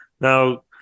now